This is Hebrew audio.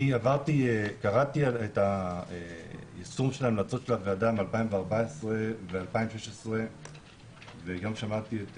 אני קראתי את יישום המלצות הוועדה מ-2014 ו-2016 וגם שמעתי את